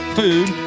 food